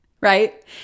right